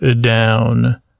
down